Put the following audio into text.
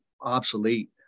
obsolete